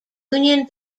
union